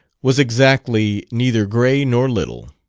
was exactly neither gray nor little.